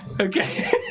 Okay